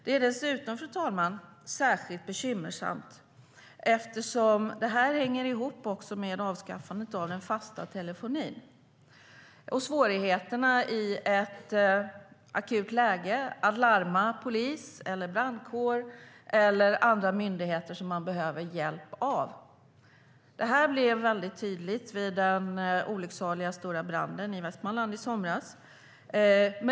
Det är dessutom särskilt bekymmersamt eftersom det hänger ihop med avskaffandet av den fasta telefonin och svårigheterna att i ett akut läge larma polis, brandkår eller andra myndigheter som man behöver hjälp av. Det blev väldigt tydligt vid den olycksaliga stora branden i Västmanland i somras.